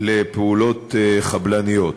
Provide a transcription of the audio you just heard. לפעולות חבלניות.